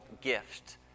gift